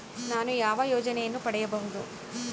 ನಾನು ಯಾವ ಯೋಜನೆಯನ್ನು ಪಡೆಯಬಹುದು?